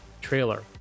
trailer